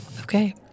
Okay